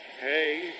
Hey